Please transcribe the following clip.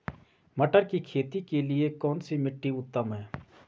मटर की खेती के लिए कौन सी मिट्टी उत्तम है?